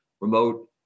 remote